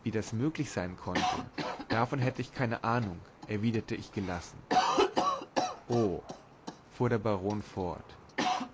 wie das möglich sein könne davon hätte ich keine ahnung erwiderte ich gelassen oh fuhr der baron fort